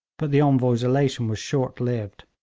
but the envoy's elation was short-lived.